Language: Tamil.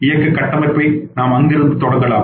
இயக்க கட்டமைப்பை நாம் அங்கிருந்து தொடங்கலாம்